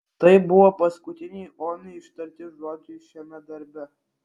tai buvo paskutiniai onai ištarti žodžiai šiame darbe